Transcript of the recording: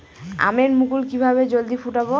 আমের মুকুল কিভাবে জলদি ফুটাব?